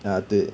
ah 对